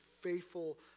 faithful